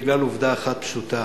בגלל עובדה אחת פשוטה: